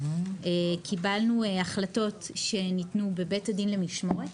קיבלנו החלטות שניתנו בבית הדין למשמורת,